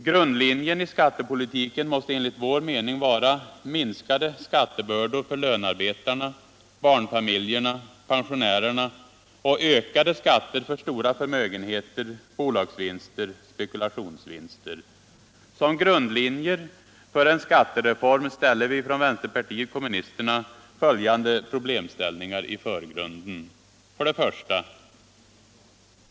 Grundlinjen i skattepolitiken måste enligt vår mening vara minskade skattebördor på lönarbetarna, barnfamiljerna, pensionärerna och ökade skatter för stora förmögenheter, bolagsvinster, spekulationsvinster. Som grundlinjer för en skattereform ställer vi från vänsterpartiet kommunisterna följande problem i förgrunden: 1.